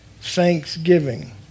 thanksgiving